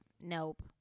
nope